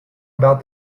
about